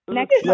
Next